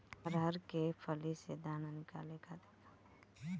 अरहर के फली से दाना निकाले खातिर कवन तकनीक बा का?